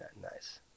nice